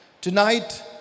Tonight